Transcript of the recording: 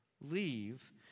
leave